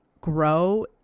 grow